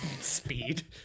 speed